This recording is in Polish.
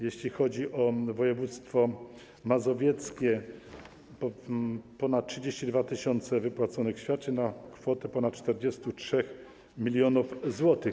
Jeśli chodzi o województwo mazowieckie - ponad 32 tys. wypłaconych świadczeń na kwotę ponad 43 mln zł.